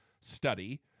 study